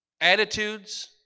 attitudes